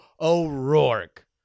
O'Rourke